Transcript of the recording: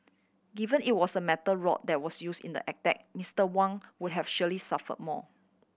given it was a metal rod that was use in the attack Mister Wang would have surely suffer more